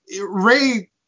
Ray